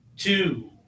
two